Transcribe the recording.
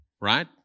right